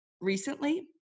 recently